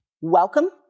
Welcome